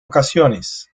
ocasiones